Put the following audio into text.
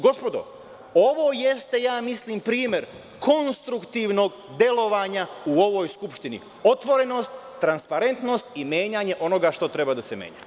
Gospodo, ovo jeste ja mislim primer konstruktivnog delovanja u ovoj Skupštini, otvorenost, transparentnost i menjanje onoga što treba da se menja.